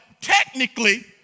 technically